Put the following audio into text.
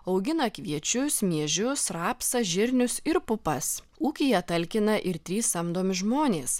augina kviečius miežius rapsą žirnius ir pupas ūkyje talkina ir trys samdomi žmonės